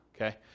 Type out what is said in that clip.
Okay